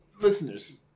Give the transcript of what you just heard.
listeners